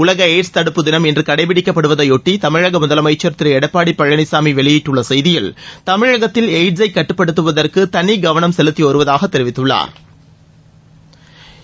உலக எய்ட்ஸ் தடுப்பு தினம் இன்று கடைபிடிக்கப்படுவதையொட்டி தமிழக முதலமைச்சர் திரு எடப்பாடி பழனிசாமி வெளியிட்டுள்ள செய்தியில் தமிழகத்தில் எய்ட்ஸை கட்டுப்படுத்துவதற்கு தனிக்கவனம் செலுத்தி வருவதாக தெரிவித்துள்ளாா்